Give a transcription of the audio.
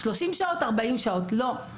30 שעות, 40 שעות, לא.